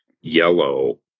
yellow